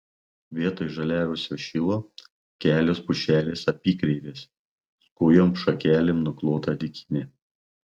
vietoj žaliavusio šilo kelios pušelės apykreivės skujom šakelėm nuklota dykynė